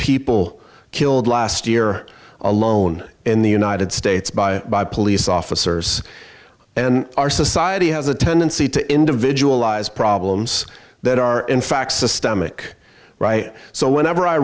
people killed last year alone in the united states by by police officers and our society has a tendency to individualize problems that are in facts a stomach so whenever i